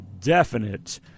definite